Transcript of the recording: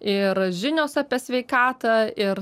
ir žinios apie sveikatą ir